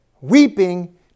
weeping